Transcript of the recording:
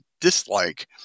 dislike